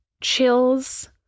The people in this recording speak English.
chills